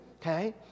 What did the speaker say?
okay